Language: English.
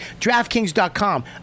DraftKings.com